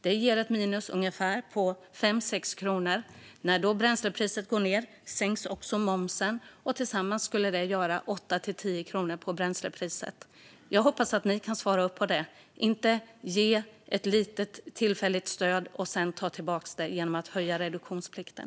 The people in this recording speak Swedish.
Det ger ett minus på ungefär 5-6 kronor. När bränslepriset går ned sänks också momsen. Tillsammans skulle det göra 8-10 kronor på bränslepriset. Jag hoppas att ni kan svara upp mot det, inte ge ett litet tillfälligt stöd och sedan ta tillbaka det genom att höja reduktionsplikten.